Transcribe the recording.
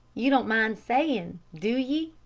you don't mind sayin', do ye?